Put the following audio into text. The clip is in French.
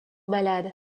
malade